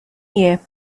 year